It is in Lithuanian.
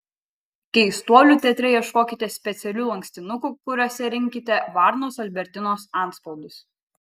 keistuolių teatre ieškokite specialių lankstinukų kuriuose rinkite varnos albertinos antspaudus